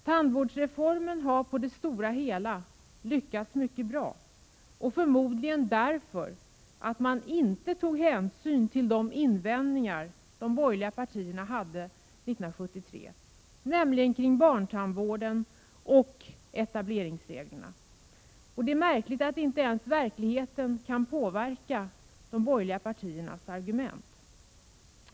Tandvårdsreformen har på det stora hela lyckats mycket bra, förmodligen därför att man inte tog hänsyn till de invändningar som de borgerliga partierna hade 1973, nämligen kring barntandvården och etableringsreglerna. Det är märkligt att inte ens verkligheten kan påverka de borgerliga partiernas argument.